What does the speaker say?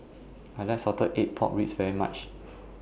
I like Salted Egg Pork Ribs very much